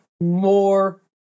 more